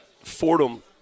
Fordham